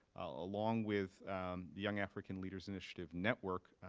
along with the young african leaders initiative network,